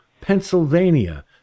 Pennsylvania